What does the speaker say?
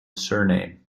surname